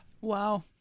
Wow